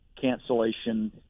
cancellation